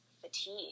fatigue